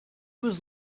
was